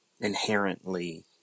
inherently